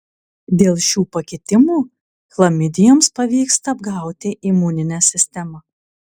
dėl šių pakitimų chlamidijoms pavyksta apgauti imuninę sistemą